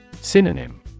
Synonym